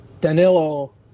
Danilo